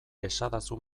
esadazu